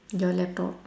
your laptop